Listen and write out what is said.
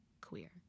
queer